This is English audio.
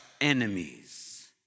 enemies